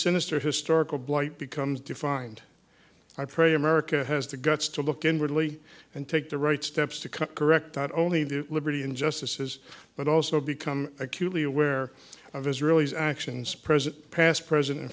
sinister historical blight becomes defined i pray america has the guts to look in really and take the right steps to cut correct not only the liberty injustices but also become acutely aware of israeli's actions present past present